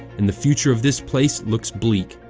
and the future of this place looks bleak.